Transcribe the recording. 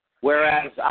whereas